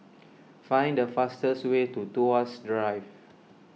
find the fastest way to Tuas West Drive